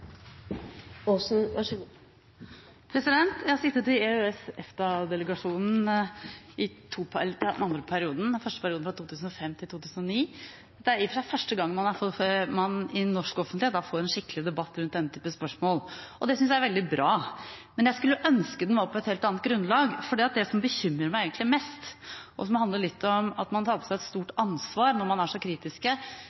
andre perioden, den første perioden var fra 2005 til 2009. Det er i og for seg første gang man i norsk offentlighet får en skikkelig debatt rundt denne typen spørsmål, og det synes jeg er veldig bra. Men jeg skulle ønske den var på et helt annet grunnlag. For det som egentlig bekymrer meg mest, og som handler litt om at man tar på seg et stort ansvar når man er så